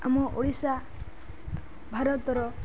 ଆମ ଓଡ଼ିଶା ଭାରତର